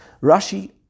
Rashi